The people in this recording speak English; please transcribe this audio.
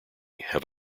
have